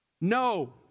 No